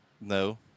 No